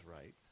right